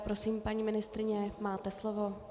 Prosím, paní ministryně, máte slovo.